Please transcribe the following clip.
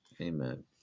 Amen